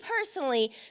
personally